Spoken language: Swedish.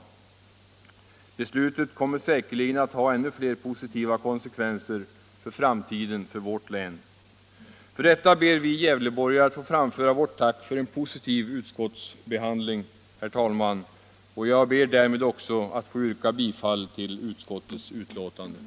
Beslutet kommer säkerligen att ha ännu fler positiva konsekvenser för framtiden för vårt län. För detta ber vi gävleborgare att få framföra vårt tack för en positiv utskottsbehandling, herr talman, och jag ber därmed också att få yrka bifall till utskottets hemställan.